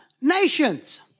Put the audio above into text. nations